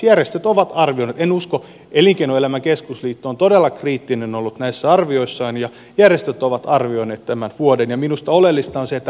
järjestöt ovat arvioineet elinkeinoelämän keskusliitto on todella kriittinen ollut näissä arvioissaan ja järjestöt ovat arvioineet tämän puolen ja minusta oleellista on se että ratkaisuja saatiin aikaan